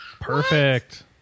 Perfect